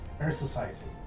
exercising